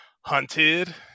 hunted